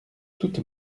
toute